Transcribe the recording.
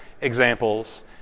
examples